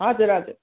हजुर हजुर